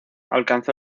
alcanzó